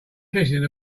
kissing